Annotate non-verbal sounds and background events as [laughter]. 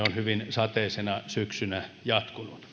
[unintelligible] on hyvin sateisena syksynä